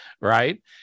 Right